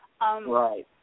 Right